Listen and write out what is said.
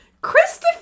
Christopher